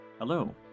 Hello